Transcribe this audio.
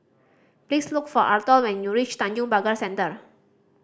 please look for Arthor when you reach Tanjong Pagar Center